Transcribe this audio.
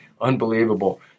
unbelievable